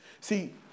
See